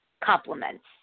complements